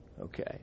Okay